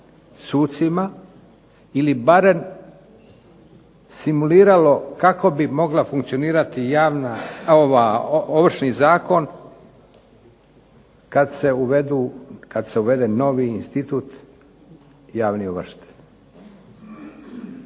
sucima ili barem simuliralo kako bi mogla funkcionirati Ovršni zakon kad se uvede novi institut javni ovršitelj.